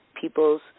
people's